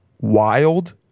wild